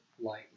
lightly